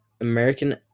American